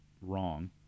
wrong